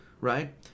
right